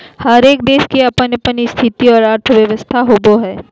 हरेक देश के अपन अपन स्थिति और अर्थव्यवस्था होवो हय